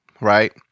right